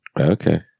Okay